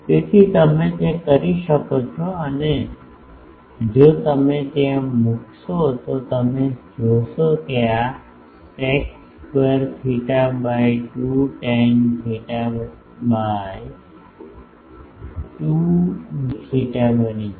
તેથી તમે તે કરી શકો છો જો તમે તેને ત્યાં મૂકશો તો તમે જોશો કે આ sec square theta by 2 tan theta by 2 d theta બની જશે